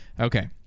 Okay